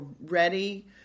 ready